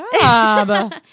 job